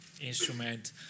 instrument